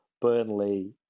Burnley